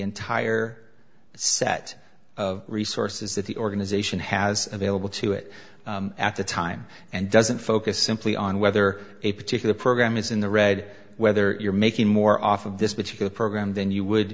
entire set of resources that the organization has available to it at the time and doesn't focus simply on whether a particular program is in the red whether you're making more off of this particular program than you would